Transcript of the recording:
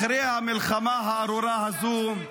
אחרי המלחמה הארורה הזו,